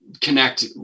connect